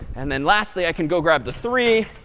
and then lastly, i can go grab the three.